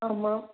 ஆமாம்